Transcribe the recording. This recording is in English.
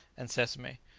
and sesame.